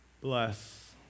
bless